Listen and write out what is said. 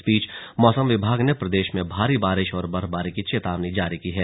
इस बीच मौसम विभाग ने प्रदेश में भारी बारिश और बर्फबारी की चेतावनी जारी की है